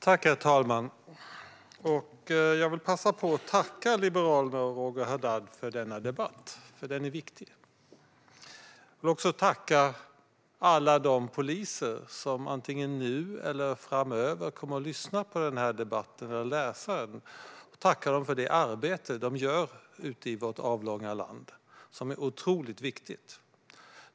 Herr talman! Jag vill passa på att tacka liberalen Roger Haddad för denna debatt, för den är viktig. Jag vill också tacka alla de poliser som antingen nu eller framöver kommer att lyssna på eller läsa den här debatten. Jag vill tacka dem för det otroligt viktiga arbete de gör ute i vårt avlånga land.